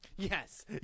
Yes